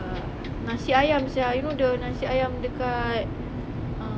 uh nasi ayam sia you know the nasi ayam dekat ah